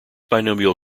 binomial